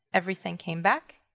everything came back.